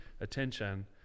attention